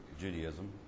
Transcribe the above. Judaism